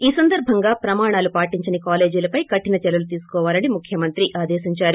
ఈ సందర్బంగా ప్రమాణాలు పాటించని కాలేజీలపై కఠినచర్యలు తీసుకోవాలని ముఖ్యమంత్రి ఆదేశించారు